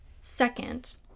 Second